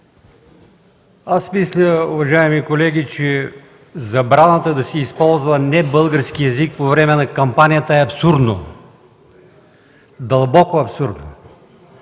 Мисля, уважаеми колеги, че забраната да се използва небългарски език по време на кампанията е абсурдна, дълбоко абсурдна.